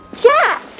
jack